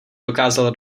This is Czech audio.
dokázal